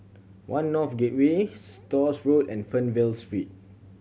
One North Gateway Stores Road and Fernvale Street